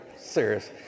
serious